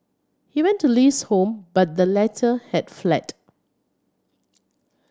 he went to Li's home but the letter had fled